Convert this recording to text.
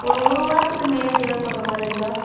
ஒரு ஒரு வாரத்துக்கு மேலே தேவைப்படுற மாதிரி இருந்தால்